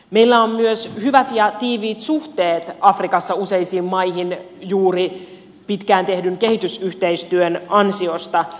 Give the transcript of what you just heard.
meillä on myös hyvät ja tiiviit suhteet afrikassa useisiin maihin juuri pitkään tehdyn kehitysyhteistyön ansiosta